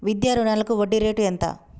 విద్యా రుణాలకు వడ్డీ రేటు ఎంత?